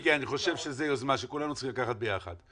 אני חושב שזו יוזמה שכולנו צריכים לקחת ביחד.